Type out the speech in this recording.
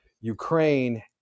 ukraine